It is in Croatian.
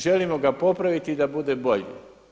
Želimo ga popraviti da bude bolji.